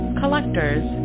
collectors